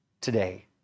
today